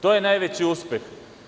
To je najveći uspeh.